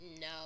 no